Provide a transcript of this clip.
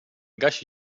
gasi